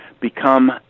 become